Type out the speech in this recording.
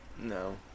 No